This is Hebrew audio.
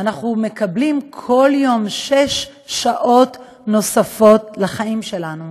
אנחנו מקבלים כל יום שש שעות נוספות לחיים שלנו,